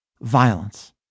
violence